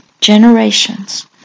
Generations